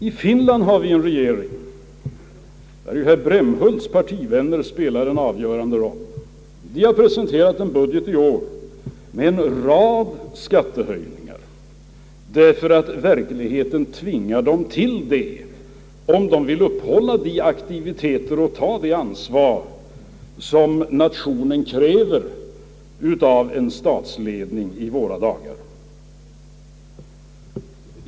I Finland har vi ju en regering där herr Anderssons i Brämhult partivän ner spelar en avgörande roll. Den regeringen har i år presenterat en budget med en rad skattehöjningar — verkligheten tvingar fram sådana, om man vill upprätthålla de aktiviteter och ta det ansvar som nationen kräver av en statsledning i våra dagar.